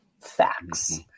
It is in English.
facts